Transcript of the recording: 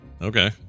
okay